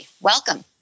Welcome